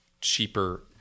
cheaper